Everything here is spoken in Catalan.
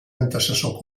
antecessor